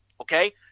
Okay